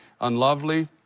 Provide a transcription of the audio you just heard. unlovely